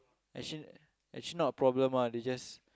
actually actually not a problem ah they just